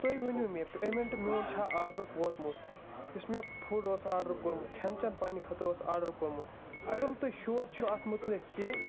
تُہۍ ؤنِو مےٚ پیمٮ۪نٛٹ میون چھا آڈرُک ووتمُت یُس مےٚ فُڈ اوس آرڈَر کوٚرمُت کھٮ۪ن چٮ۪ن پنٕنہِ خٲطرٕ اوس آرڈَر کوٚرمُت اگر نہٕ تُہۍ شور چھُ اَتھ مُتعلِق کینٛہہ